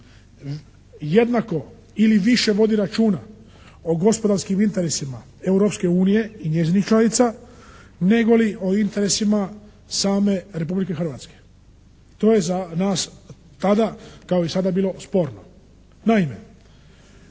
jednako ili više vodi računa o gospodarskim interesima Europske unije i njezinih članica negoli o interesima same Republike Hrvatske. To je za nas tada kao i sada bilo sporno. Naime,